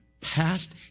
past